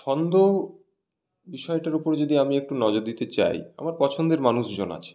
ছন্দ বিষয়টার উপর যদি আমি একটু নজর দিতে চাই আমার পছন্দের মানুষজন আছে